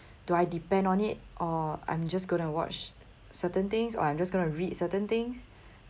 do I depend on it or I'm just gonna watch certain things or I'm just gonna read certain things